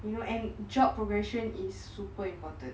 you know and job progression is super important